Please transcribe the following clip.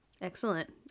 Excellent